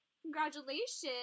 congratulations